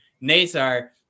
nazar